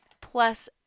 Plus